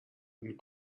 and